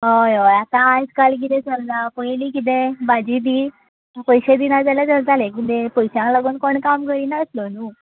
हय हय आतां आयज काल कितें चलला पयली कितें भाजी दी पयशे दिना जाल्यार चलताले कितें पयशांक लागून कोण काम करिनासलो न्हू